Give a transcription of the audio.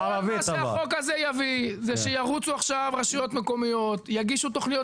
החוק הזה יביא לזה שירוצו עכשיו רשויות מקומיות ויגישו תכניות